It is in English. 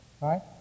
Right